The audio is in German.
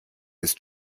ist